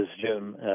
Jim